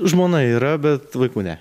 žmona yra bet vaikų ne